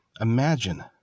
Imagine